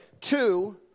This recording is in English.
two